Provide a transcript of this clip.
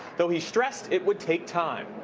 though he stressed it would take time.